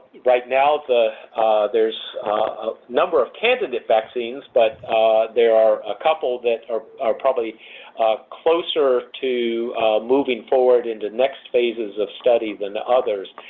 right now the there's a number of candidate vaccines, but there are a couple that are probably closer to moving forward into next phases of study than the others.